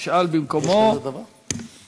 מירב בן ארי, סליחה, איננה.